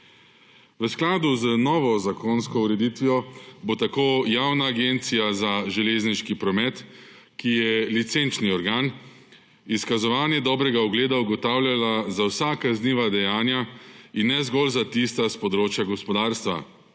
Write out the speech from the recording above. V skladu z novo zakonsko ureditvijo bo tako Javna agencija za železniški promet, ki je licenčni organ, izkazovanje dobrega ugleda, ugotavljala za vsa kazniva dejanja in ne zgolj za tista s področja gospodarstva,